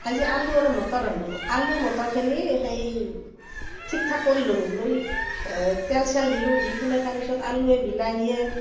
আজি আলু আৰু মটৰ ৰান্ধোঁ আলু মটৰখিনি সেই ঠিক ঠাক কৰি ল'লোঁ লৈ তেল চেল দিলোঁ দি ফেলে তাৰপিছত আলুৱে বিলাহীয়ে